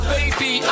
Baby